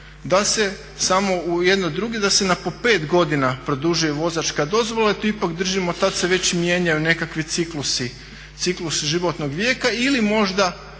se ne razumije./… da se na po 5 godina produžuje vozačka dozvola jer to ipak držimo tada se već mijenjaju nekakvi ciklusi, ciklusi životnog vijeka. Ili možda